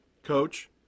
Coach